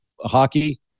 hockey